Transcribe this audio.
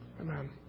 Amen